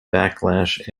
backlash